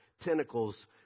tentacles